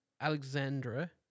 Alexandra